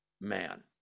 man